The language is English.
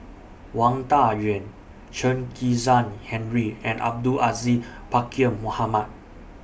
Wang Dayuan Chen Kezhan Henri and Abdul Aziz Pakkeer Mohamed